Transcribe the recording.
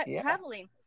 traveling